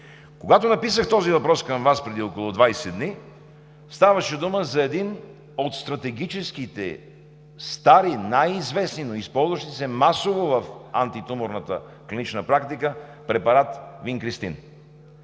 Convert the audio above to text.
Когато написах този въпрос към Вас преди около 20 дни, ставаше дума за един от стратегическите стари, най-известни, но използващи се масово в антитуморната клинична практика препарат „Винкристин“.